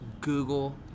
Google